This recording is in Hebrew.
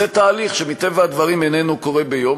זה תהליך שמטבע הדברים אינו קורה ביום.